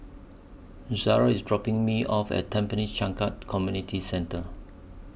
Zariah IS dropping Me off At Tampines Changkat Community Centre